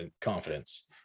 confidence